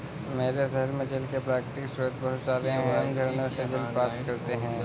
मेरे शहर में जल के प्राकृतिक स्रोत बहुत सारे हैं हम झरनों से जल प्राप्त करते हैं